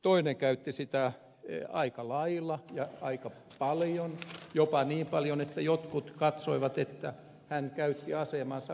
toinen käytti sitä aika lailla ja aika paljon jopa niin paljon että jotkut katsoivat että hän käytti asemansa väärin